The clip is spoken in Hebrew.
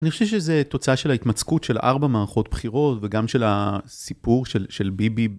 אני חושב שזה תוצאה של ההתמצקות של 4 מערכות בחירות וגם של הסיפור של ביבי.